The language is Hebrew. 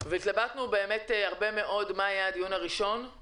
התלבטנו הרבה מאוד מה יהיה הדיון הראשון של הוועדה.